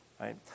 right